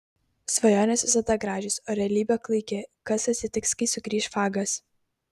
svajonės visada gražios o realybė klaiki kas atsitiks kai sugrįš fagas